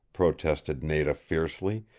protested nada fiercely.